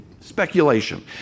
Speculation